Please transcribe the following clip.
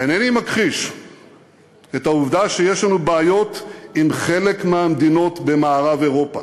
אינני מכחיש את העובדה שיש לנו בעיות עם חלק מהמדינות במערב-אירופה.